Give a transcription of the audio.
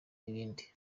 n’ibindi